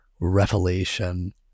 revelation